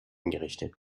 eingerichtet